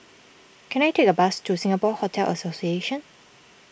can I take a bus to Singapore Hotel Association